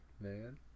man